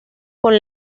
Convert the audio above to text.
con